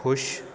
ਖੁਸ਼